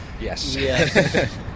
Yes